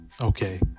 Okay